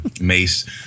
Mace